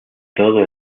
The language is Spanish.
todo